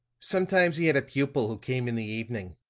sometimes he had a pupil who came in the evening.